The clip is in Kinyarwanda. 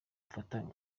mfata